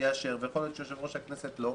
יאשר ויכול להיות שיושב-ראש הכנסת לא.